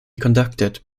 conducted